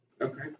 Okay